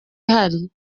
ihari